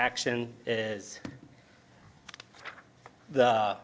action is the